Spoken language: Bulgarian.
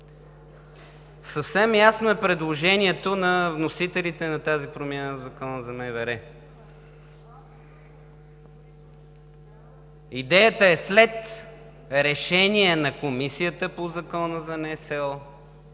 Съвсем ясно е предложението на вносителите на тази промяна в Закона за МВР. Идеята е – след решение на Комисията по Закона за НСО